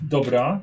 Dobra